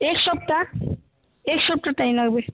এক সপ্তাহ এক সপ্তাহ টাইম লাগবে